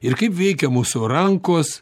ir kaip veikia mūsų rankos